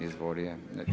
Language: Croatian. Izvolite.